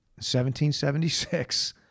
1776